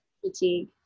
fatigue